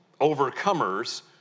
overcomers